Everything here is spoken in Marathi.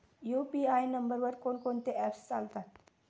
यु.पी.आय नंबरवर कोण कोणते ऍप्स चालतात?